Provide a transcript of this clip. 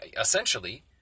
Essentially